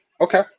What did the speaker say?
Okay